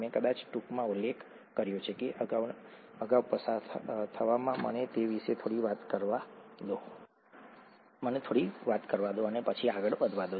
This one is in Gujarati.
મેં કદાચ ટૂંકમાં ઉલ્લેખ કર્યો છે કે અગાઉના પસાર થવામાં મને તે વિશે થોડી વાત કરવા દો અને પછી આગળ વધવા દો